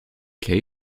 cage